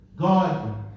God